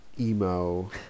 emo